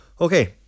Okay